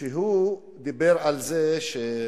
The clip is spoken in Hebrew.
הוא דיבר על זה שבאירופה